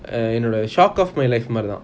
என்னோட:ennoda shock of my life மாறி தான்:maari thaan